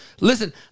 Listen